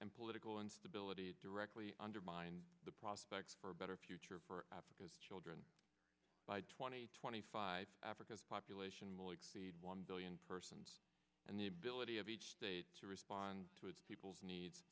and political instability directly undermine the prospects for a better future for africa's children by twenty twenty five africa's population will exceed one billion persons and the ability of each state to respond to its people's needs